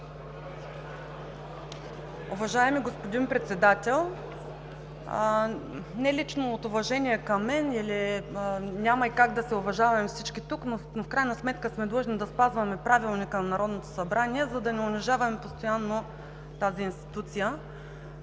Уважаеми господин Председател, не лично от уважение към мен – няма и как да се уважаваме всички тук, но в крайна сметка сме длъжни да спазваме Правилника на Народното събрание, за да не унижаваме постоянно тази институция.